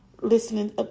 listening